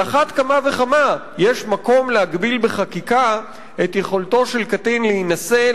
על אחת כמה וכמה יש מקום להגביל בחקיקה את יכולתו של קטין להינשא,